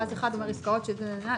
ואז נכתב ב-(1): "עסקאות שסעיפים ...